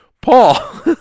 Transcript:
Paul